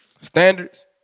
standards